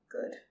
good